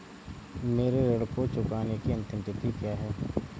मेरे ऋण को चुकाने की अंतिम तिथि क्या है?